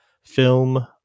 film